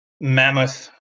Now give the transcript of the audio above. mammoth